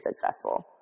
successful